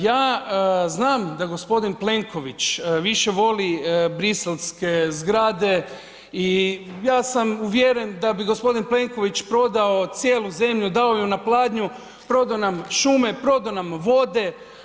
Ja znam da gospodin Plenković više voli briselske zgrade i ja sam uvjeren da bi gospodin Plenković prodao cijelu zemlju do ju na pladnju, prodao nam šume, prodao nam vode.